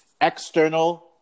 external